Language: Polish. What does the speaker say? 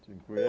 Dziękuję.